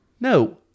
No